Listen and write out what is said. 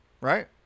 Right